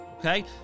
Okay